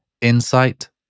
insight